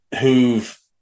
who've